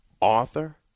author